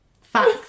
Facts